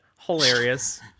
hilarious